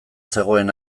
zegoen